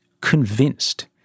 convinced